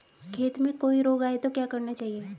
खेत में कोई रोग आये तो क्या करना चाहिए?